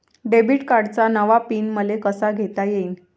Debit कार्डचा नवा pin मले कसा घेता येईन?